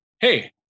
hey